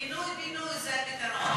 פינוי-בינוי זה הפתרון.